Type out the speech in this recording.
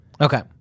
Okay